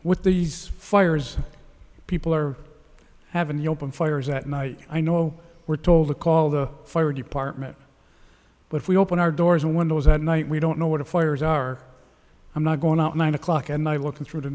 h these fires people are having you open fires at night i know we're told to call the fire department but if we open our doors and windows at night we don't know what the fires are i'm not going out at nine o'clock at night looking through t